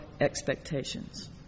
expectations